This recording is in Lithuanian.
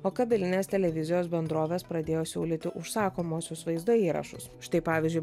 o kabelinės televizijos bendrovės pradėjo siūlyti užsakomuosius vaizdo įrašus štai pavyzdžiui